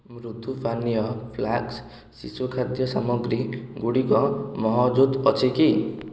ମୃଦୁ ପାନୀୟ ଫ୍ଲାସ୍କ ଶିଶୁ ଖାଦ୍ୟ ସାମଗ୍ରୀ ଗୁଡ଼ିକ ମହଜୁଦ ଅଛି କି